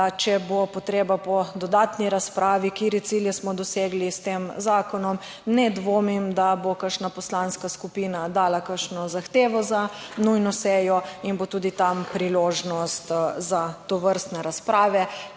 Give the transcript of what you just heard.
da če bo potreba po dodatni razpravi, katere cilje smo dosegli s tem zakonom, ne dvomim, da bo kakšna poslanska skupina dala kakšno zahtevo za nujno sejo in bo tudi tam priložnost za tovrstne razprave,